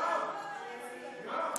על הפעלת צהרונים,